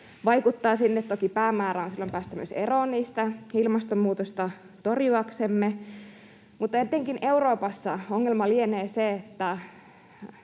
vaikuttaa sinne. Toki päämäärä on silloin myös päästä eroon niistä ilmastonmuutosta torjuaksemme. Etenkin Euroopassa ongelma lienee se, että